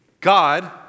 God